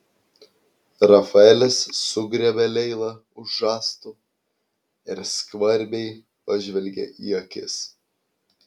rafaelis sugriebė leilą už žastų ir skvarbiai pažvelgė į akis